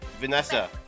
Vanessa